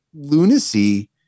lunacy